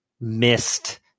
missed